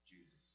Jesus